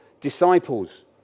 disciples